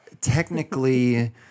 Technically